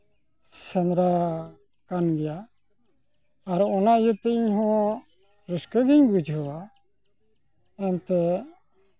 ᱥᱮᱸᱫᱽᱨᱟ ᱠᱟᱱ ᱜᱮᱭᱟ ᱟᱨ ᱚᱱᱟ ᱤᱭᱟᱹᱛᱮ ᱤᱧᱦᱚᱸ ᱨᱟᱹᱥᱠᱟᱹ ᱜᱤᱧ ᱵᱩᱡᱷᱟᱹᱣᱟ ᱮᱱᱛᱮ